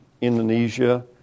Indonesia